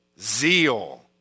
Zeal